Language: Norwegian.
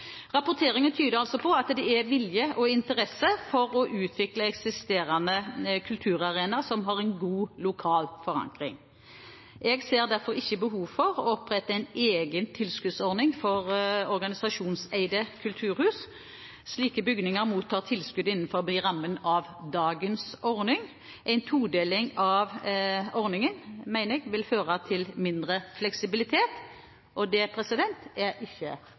Rapporteringen tyder altså på at det er vilje og interesse for å utvikle eksisterende kulturarenaer som har en god lokal forankring. Jeg ser derfor ikke behov for å opprette en egen tilskuddsordning for organisasjonseide kulturhus. Slike bygninger mottar tilskudd innenfor rammen av dagens ordning. En todeling av ordningen mener jeg vil føre til mindre fleksibilitet. Det er ikke